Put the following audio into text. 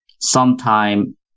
sometime